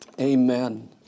amen